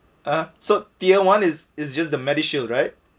uh ha so tier one is is just the medishield right